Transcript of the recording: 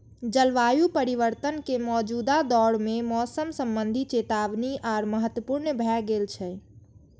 जलवायु परिवर्तन के मौजूदा दौर मे मौसम संबंधी चेतावनी आर महत्वपूर्ण भए गेल छै